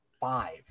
five